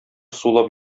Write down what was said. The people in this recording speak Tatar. сулап